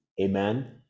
amen